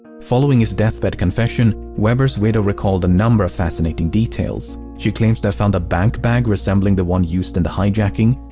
following his deathbed deathbed confession, weber's widow recalled a number of fascinating details. she claims to have found a bank bag resembling the one used in the hijacking.